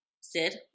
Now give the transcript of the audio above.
sid